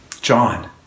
John